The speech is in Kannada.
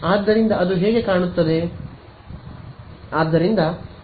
ಆದ್ದರಿಂದ ಅದು ಹೇಗೆ ಕಾಣುತ್ತದೆ